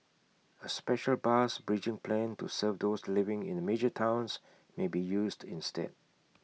A special bus bridging plan to serve those living in major towns may be used instead